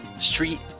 Street